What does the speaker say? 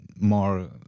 more